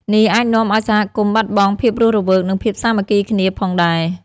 នេះអាចនាំឲ្យសហគមន៍បាត់បង់ភាពរស់រវើក និងភាពសាមគ្គីគ្នាផងដែរ។